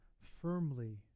firmly